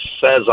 says